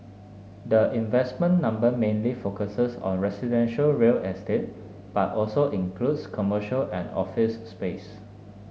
the investment number mainly focuses on residential real estate but also includes commercial and office space